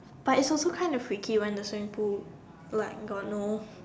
but its also kind of freaky when the swimming pool like got no